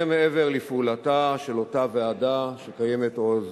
זה מעבר לפעולתה של אותה ועדה שקיימת עוד